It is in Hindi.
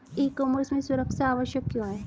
ई कॉमर्स में सुरक्षा आवश्यक क्यों है?